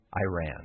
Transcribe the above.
Iran